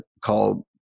called